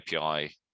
API